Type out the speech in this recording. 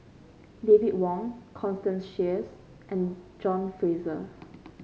David Wong Constance Sheares and John Fraser